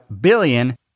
billion